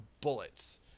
bullets